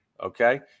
okay